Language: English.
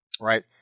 right